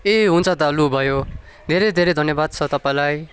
ए हुन्छ दा लु भयो धेरै धेरै धन्यवाद छ तपाईँलाई